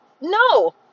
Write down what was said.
No